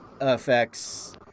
effects